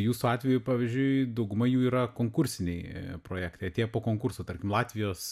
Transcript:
jūsų atveju pavyzdžiui dauguma jų yra konkursiniai projektai atėję po konkurso tarkim latvijos